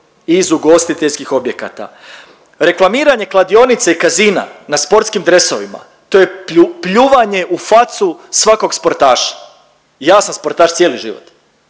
iz ugostiteljskih objekata. Reklamiranje kladionice i casina na sportskim dresovima to je pljuvanje u facu svakog sportaša. I ja sam sportaš cijeli život.